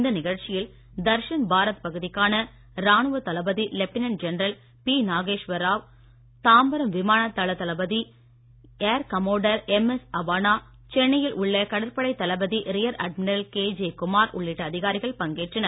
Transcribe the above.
இந்த நிகழ்ச்சியில் தர்ஷன் பாரத் பகுதிக்கான ராணுவ தளபதி lieutenant general P Nageswara Rao Tambaram விமான தள தளபதி ஏர் கமோடர் எம்எஸ் அவானா சென்னையில் உள்ள கடற்படைத் தளபதி rear admiral K J Kumar உள்ளிட்ட அதிகாரிகள் பங்கேற்றனர்